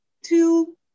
two